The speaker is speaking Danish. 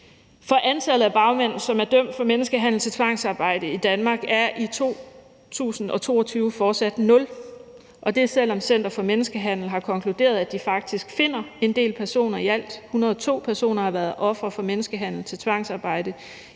For antallet af bagmænd, som er dømt for menneskehandel til tvangsarbejde i Danmark, er i 2022 fortsat nul, og det er, selv om Center mod Menneskehandel har konkluderet, at de faktisk finder en del personer. I alt har 102 personer været ofre for menneskehandel til tvangsarbejde